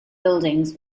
buildings